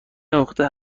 نقطه